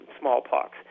Smallpox